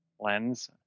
lens